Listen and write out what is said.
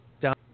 down